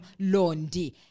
Londi